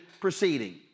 proceeding